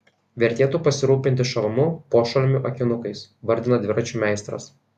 vertėtų pasirūpinti šalmu pošalmiu akinukais vardina dviračių meistras